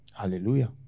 Hallelujah